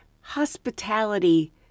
hospitality